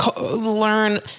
learn